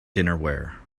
dinnerware